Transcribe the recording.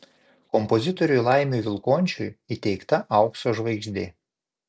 kompozitoriui laimiui vilkončiui įteikta aukso žvaigždė